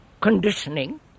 conditioning